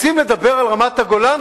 רוצים לדבר על רמת-הגולן,